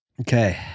Okay